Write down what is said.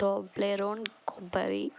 Toblerone కొబ్బరి